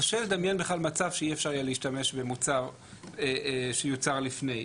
קשה לדמיין בכלל מצב שאי אפשר יהיה להשתמש במוצר שיוצר לפני.